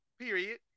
period